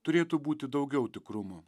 turėtų būti daugiau tikrumo